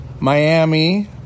Miami